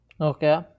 Okay